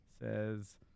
Says